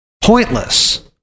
pointless